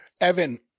Evan